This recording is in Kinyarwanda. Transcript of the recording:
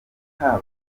haba